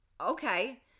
okay